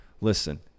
Listen